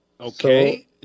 Okay